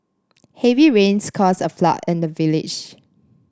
heavy rains caused a flood in the village